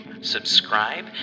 subscribe